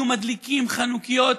היו מדליקים חנוכיות